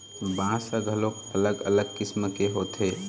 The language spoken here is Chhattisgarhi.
बांस ह घलोक अलग अलग किसम के होथे